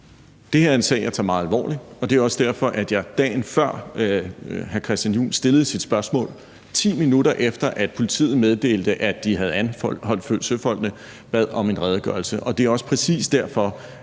Det her er en sag, jeg tager meget alvorligt, og det er også derfor, at jeg, dagen før hr. Christian Juhl stillede sit spørgsmål, 10 minutter efter at politiet meddelte, at de havde anholdt søfolkene, bad om en redegørelse. Det er også præcis derfor,